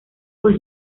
por